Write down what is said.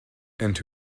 and